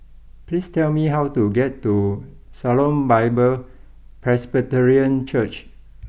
please tell me how to get to Shalom Bible Presbyterian Church